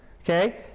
okay